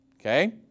Okay